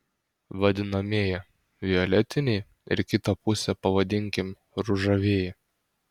vadinamieji violetiniai ir kitą pusę pavadinkim ružavieji